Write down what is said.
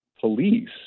police